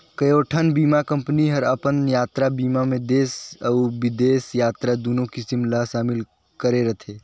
कयोठन बीमा कंपनी हर अपन यातरा बीमा मे देस अउ बिदेस यातरा दुनो किसम ला समिल करे रथे